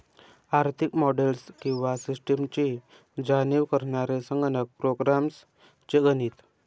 आर्थिक मॉडेल्स किंवा सिस्टम्सची जाणीव करणारे संगणक प्रोग्राम्स चे गणित